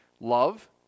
Love